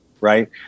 right